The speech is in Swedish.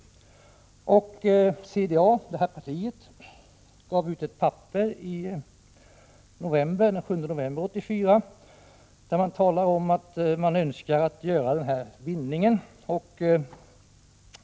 CDA gav ut ett papper den 7 november 1984, där man talar om att man önskar göra denna bindning.